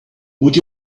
would